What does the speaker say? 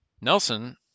Nelson